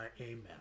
Amen